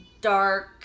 dark